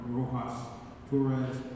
Rojas-Torres